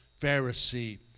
Pharisee